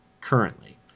currently